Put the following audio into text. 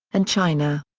and china.